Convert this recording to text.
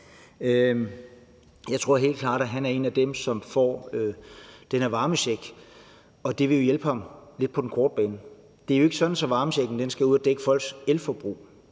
Jeg tror helt klart, at han er en af dem, som får den her varmecheck, og det vil jo hjælpe ham lidt på den korte bane. Det er jo ikke sådan, at varmechecken skal dække folks elforbrug,